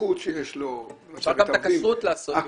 בבטיחות שיש לו --- אפשר גם את הכשרות לעשות ברחפן.